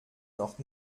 noch